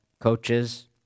coaches